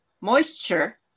Moisture